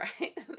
right